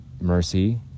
mercy